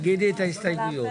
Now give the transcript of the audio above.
תאמרי מה ההסתייגויות.